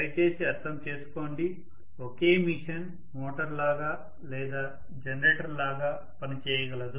దయచేసి అర్థం చేసుకోండి ఒకే మిషన్ మోటార్ లాగా లేదా జనరేటర్ లాగా పని చేయగలదు